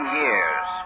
years